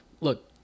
look